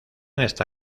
está